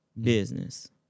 business